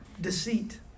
Deceit